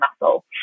muscle